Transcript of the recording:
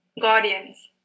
guardians